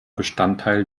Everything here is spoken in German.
bestandteil